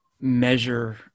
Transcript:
measure